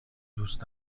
دوست